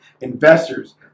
investors